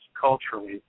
culturally